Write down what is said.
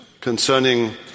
concerning